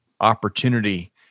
opportunity